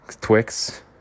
Twix